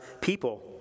people